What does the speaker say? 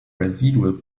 residual